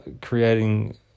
creating